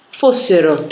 fossero